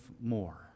more